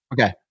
Okay